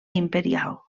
imperial